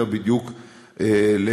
אלא בדיוק להפך.